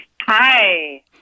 Hi